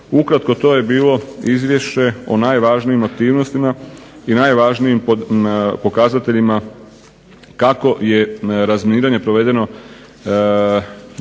Ukratko to je bilo izvješće o najvažnijim aktivnostima i najvažnijim pokazateljima kak je razminiranje provedeno u 2010.